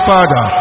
Father